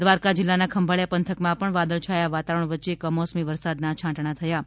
દ્વારકા જિલ્લાના ખંભાળીયા પંથકમાં પણ વાદળછાયા વાતાવરણ વચ્ચે કમોસમી વરસાદના છાંટણા થયાં છે